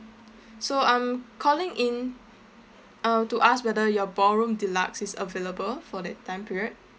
so I'm calling in uh to ask whether your ballroom deluxe is available for that time period